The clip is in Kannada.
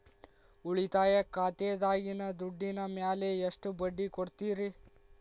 ಉಳಿತಾಯ ಖಾತೆದಾಗಿನ ದುಡ್ಡಿನ ಮ್ಯಾಲೆ ಎಷ್ಟ ಬಡ್ಡಿ ಕೊಡ್ತಿರಿ?